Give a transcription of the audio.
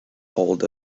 hold